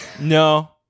no